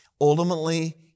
Ultimately